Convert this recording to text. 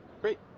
great